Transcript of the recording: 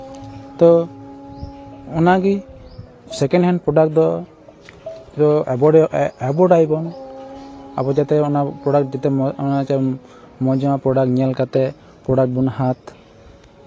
ᱛᱚ ᱚᱱᱟᱜᱮ second hand product ᱫᱚ ᱟᱵᱚ ᱫᱚ ᱮᱵᱷᱳᱰ ᱟᱵᱚᱱ ᱟᱵᱚ ᱡᱟᱛᱮ ᱚᱱᱟ ᱯᱨᱚᱰᱟᱠᱴ ᱡᱟᱛᱮ ᱚᱱᱟ ᱢᱚᱡᱽ ᱡᱟᱦᱟᱸ ᱯᱨᱚᱰᱟᱠᱴ ᱧᱮᱞ ᱠᱟᱛᱮᱫ ᱯᱨᱚᱰᱟᱠᱴ ᱵᱚᱱ ᱦᱟᱛ